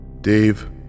Dave